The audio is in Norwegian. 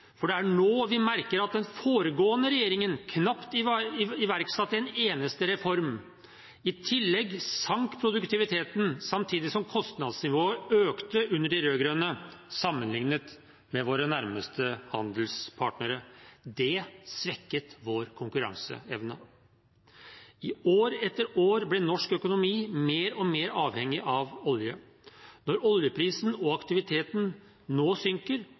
for det er nå vi merker at den foregående regjeringen knapt iverksatte en eneste reform. I tillegg sank produktiviteten samtidig som kostnadsnivået økte under de rød-grønne sammenlignet med våre nærmeste handelspartnere. Det svekket vår konkurranseevne. I år etter år ble norsk økonomi mer og mer avhengig av olje. Når oljeprisen og aktiviteten nå synker,